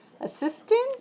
Assistant